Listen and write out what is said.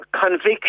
conviction